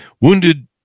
Wounded